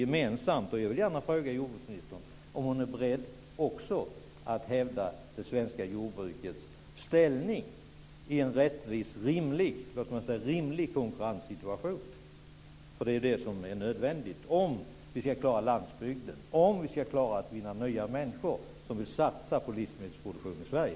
Jag vill gärna fråga jordbruksministern om hon också är beredd att hävda det svenska jordbrukets ställning i en rättvis och rimlig konkurrenssituation? Det är det som är nödvändigt om vi ska klara landsbygden och finna nya människor som vill satsa på livsmedelsproduktion i Sverige.